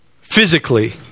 physically